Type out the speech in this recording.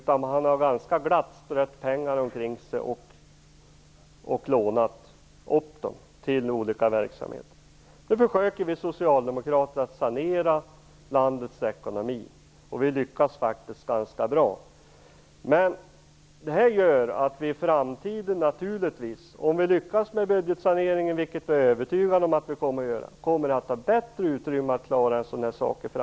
Man har ganska glatt strött pengar omkring sig och lånat upp pengar till olika verksamheter. Nu försöker vi socialdemokrater att sanera landets ekonomi. Vi lyckas faktiskt ganska bra. Det betyder att vi i framtiden, om vi lyckas med budgetsaneringen, vilket jag är övertygad om att vi kommer att göra, kommer att ha bättre utrymme att klara en sådan här sak.